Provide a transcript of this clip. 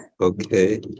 Okay